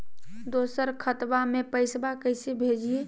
दोसर खतबा में पैसबा कैसे भेजिए?